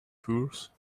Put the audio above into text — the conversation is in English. purse